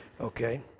Okay